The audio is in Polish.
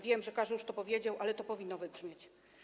Wiem, że każdy już to powiedział, ale to powinno wybrzmieć.